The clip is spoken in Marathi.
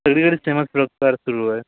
सगळीकडे सेमच प्रयोग चार सुरू आहे